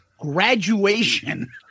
Graduation